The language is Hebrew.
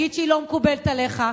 תגיד שהיא לא מקובלת עליך,